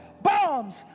Bombs